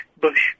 Bush